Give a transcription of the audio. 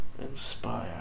inspire